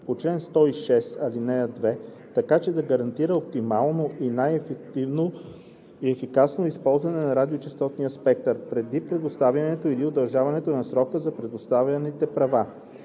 по чл. 106, ал. 2 така, че да гарантира оптималното и най-ефективното и ефикасно използване на радиочестотния спектър, преди предоставянето или удължаването на срока на предоставените права.